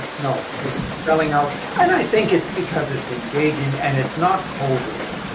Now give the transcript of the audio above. no. it's selling out and i think it's because it's engaging and it's not covid.